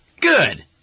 Good